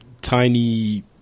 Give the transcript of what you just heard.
tiny